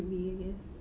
should be I guess